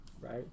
right